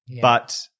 but-